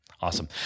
Awesome